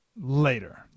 Later